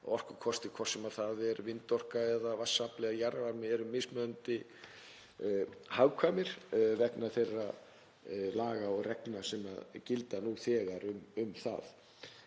orkukostir, hvort sem það er vindorka, vatnsafl eða jarðvarmi, eru mismunandi hagkvæmir vegna þeirra laga og reglna sem gilda nú þegar.